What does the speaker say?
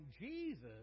Jesus